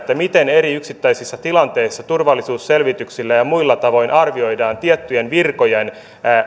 miten eri yksittäisissä tilanteissa turvallisuusselvityksillä ja ja muilla tavoin arvioidaan tiettyjen virkojen